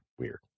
weird